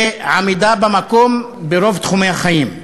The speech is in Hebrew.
ועמידה במקום ברוב תחומי החיים.